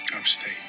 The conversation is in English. upstate